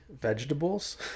vegetables